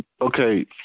okay